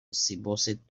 supposed